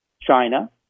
China